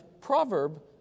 proverb